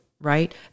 right